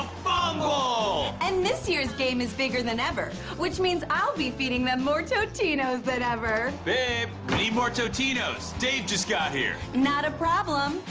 fumble! and this year's game is bigger than ever. which means i'll be feeding them more totinos than ever. babe, need more totinos, dave just got here. not a problem.